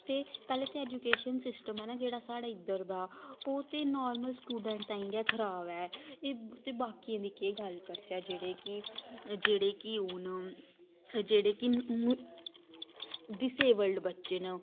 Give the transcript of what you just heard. ते पैह्लें ते ऐजुकेशन सिस्टम ऐ न जेह्ड़ा साढ़ा इध्दर दा ओह् ते नॉर्मल स्टूडैंट तांईं गै खराब ऐ ते बकियें दी केह् गल्ल करचै जेह्ड़े कि जेह्ड़े कि हून डिसेवल्ड बच्चे न